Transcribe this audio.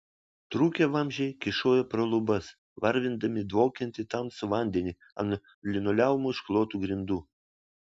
trūkę vamzdžiai kyšojo pro lubas varvindami dvokiantį tamsų vandenį ant linoleumu išklotų grindų